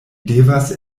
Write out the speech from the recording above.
devas